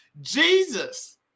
Jesus